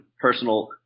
personal